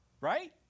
right